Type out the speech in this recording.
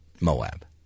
Moab